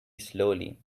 slowly